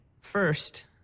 First